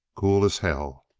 cool as hell.